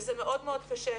וזה מאוד מאוד קשה.